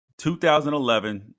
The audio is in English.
2011